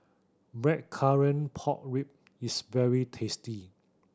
blackcurrant pork rib is very tasty